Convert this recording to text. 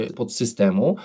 podsystemu